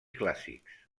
clàssics